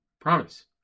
promise